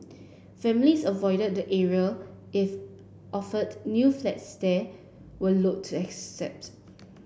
families avoided the area if offered new flats there were loathe to accept